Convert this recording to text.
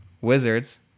Wizards